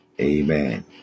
Amen